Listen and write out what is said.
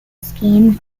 scheme